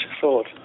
thought